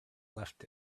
left